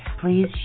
please